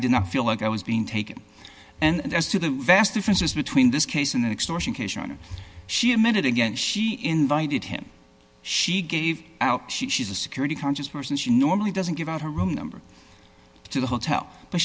did not feel like i was being taken and as to the vast differences between this case and the extortion case she admitted again she invited him she gave out she's a security conscious person she normally doesn't give out her room number to the hotel but